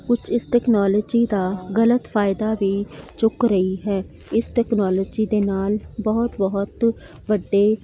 ਕੁਛ ਇਸ ਟਕਨੋਲਜੀ ਦਾ ਗ਼ਲਤ ਫਾਇਦਾ ਵੀ ਚੁੱਕ ਰਹੀ ਹੈ ਇਸ ਟਕਨੋਲਜੀ ਦੇ ਨਾਲ਼ ਬਹੁਤ ਬਹੁਤ ਵੱਡੇ